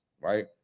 right